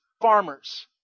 farmers